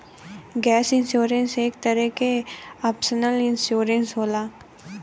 gap insurance एक तरे क ऑप्शनल इंश्योरेंस होला